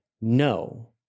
no